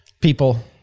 people